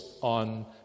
on